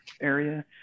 area